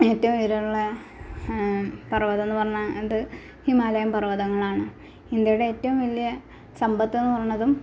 ഏറ്റവും ഉയരുള്ളെ പർവ്വതം എന്ന് പറഞ്ഞാൽ എന്ത് ഹിമാലയം പർവ്വതങ്ങളാണ് ഇന്ത്യയുടെ ഏറ്റവും വലിയ സമ്പത്തെന്ന് പറയുന്നതും